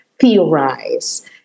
theorize